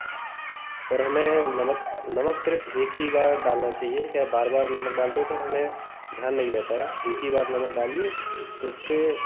और हमें नमक नमक सिर्फ एक ही बार डालना चाहिए क्या बार बार नमक डालते तो हमें ध्यान नहीं रहता है एक ही बार नमक डालिए तो उससे